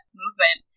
movement